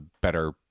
better